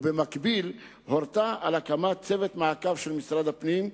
ובמקביל הורתה על הקמת צוות מעקב של משרד הפנים,